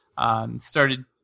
Started